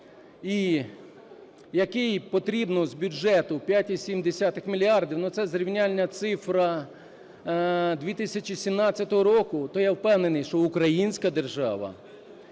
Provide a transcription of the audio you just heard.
в який потрібно з бюджету 5,7 мільярда, ну, це зрівняльна цифра 2017 року, то я впевнений, що українська держава